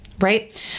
right